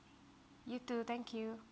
you too thank you